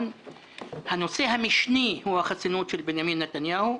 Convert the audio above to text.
והנושא המשני הוא החסינות של בנימין נתניהו.